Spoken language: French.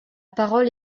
parole